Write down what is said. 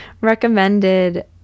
recommended